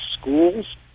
schools